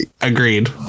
Agreed